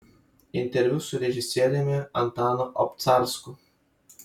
interviu su režisieriumi antanu obcarsku